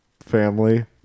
family